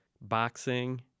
Boxing